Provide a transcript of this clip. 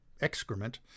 excrement